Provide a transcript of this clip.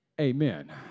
amen